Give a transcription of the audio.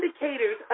indicators